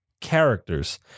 characters